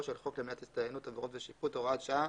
של חוק למניעת הסתננות (עבירות ושיפוט) (הוראת שעה),